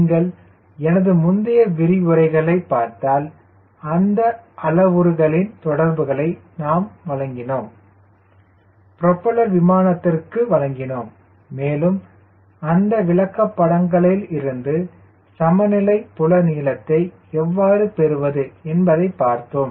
நீங்கள் எனது முந்தைய விரிவுரைகளை பார்த்தால் அந்த அளவுருகளின் தொடர்புகளை நாம் வழங்கினோம் ப்ரொபல்லர் விமானத்திற்கு வழங்கினோம் மேலும் அந்த விளக்கப்படங்களிலிருந்து சமநிலை புல நீளத்தை எவ்வாறு பெறுவது என்பதை பார்த்தோம்